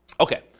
okay